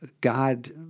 God